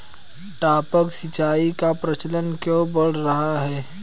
टपक सिंचाई का प्रचलन क्यों बढ़ रहा है?